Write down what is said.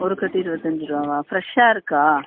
ஒரு கட்டு இருபத்தஞ்சி ருபாவா ஃப்ரெஷ்ஷாக இருக்கா